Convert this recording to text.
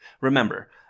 Remember